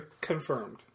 confirmed